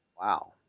Wow